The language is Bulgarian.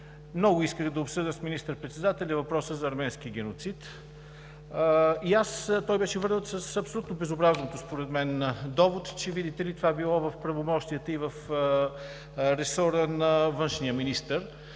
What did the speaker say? Много исках да обсъдя с министър-председателя въпроса за арменския геноцид. Той беше върнат с абсолютно безобразния според мен довод, че, видите ли, това било в правомощията и в ресора на външния министър.